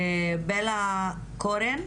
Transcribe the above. בלהה קורן?